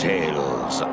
Tales